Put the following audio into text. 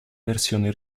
versione